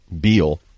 Beal